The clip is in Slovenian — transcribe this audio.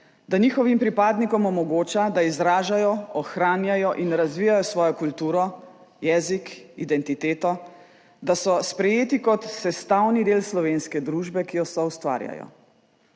da njihovim pripadnikom omogoča, da izražajo, ohranjajo in razvijajo svojo kulturo, jezik, identiteto, da so sprejeti kot sestavni del slovenske družbe, ki jo soustvarjajo.